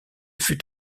fut